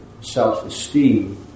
self-esteem